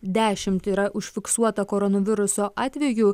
dešimt yra užfiksuota koronaviruso atvejų